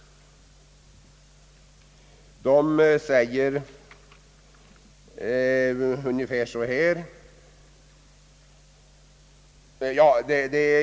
Jag skall inte dra hela yttrandet.